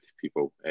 people